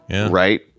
Right